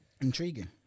intriguing